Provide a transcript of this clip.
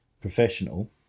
professional